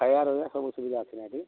ଖାଇବା ରହିବା ସବୁ ସୁବିଧା ଅଛି ନା ସେଠି